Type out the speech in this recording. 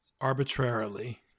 arbitrarily